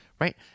right